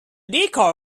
decor